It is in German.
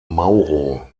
mauro